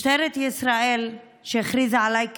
משטרת ישראל, שהכריזה עליי כנעדרת,